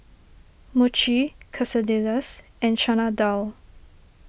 Mochi Quesadillas and Chana Dal